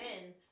men